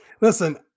Listen